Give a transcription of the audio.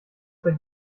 seit